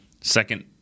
second –